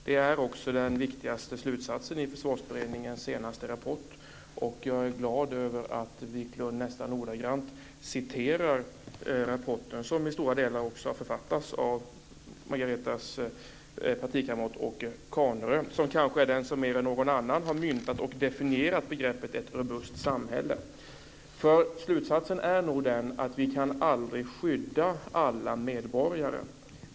Det är också den viktigaste slutsatsen i Försvarsberedningens senaste rapport. Jag är glad över att Viklund nästan ordagrant citerar rapporten. Den har också till stora delar författats av Margaretas partikamrat Åke Carnerö, som kanske är den som mer än någon annan har myntat och definierat begreppet "ett robust samhälle". Slutsatsen är nog att vi aldrig kan skydda alla medborgare.